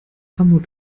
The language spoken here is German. armut